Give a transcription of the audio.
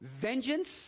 vengeance